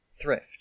thrift